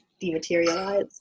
Dematerialize